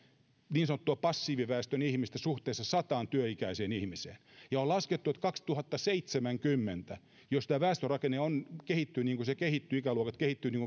niin sanottua passiiviväestön ihmistä suhteessa sataan työikäiseen ihmiseen ja on laskettu että kaksituhattaseitsemänkymmentä jos väestörakenne kehittyy niin kuin se kehittyy ikäluokat kehittyvät niin